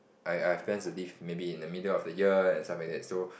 I I've plans to leave maybe in the middle of the year and stuff like that so